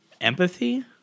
empathy